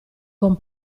con